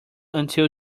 until